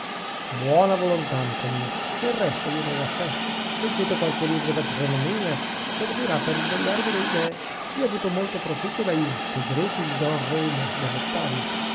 buona volontà amico mio e il resto viene da sè leggete qualche libro d'agronomia servirà per risvegliarvi le idee io ho avuto molto profitto dai segreti di don rebo